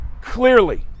Clearly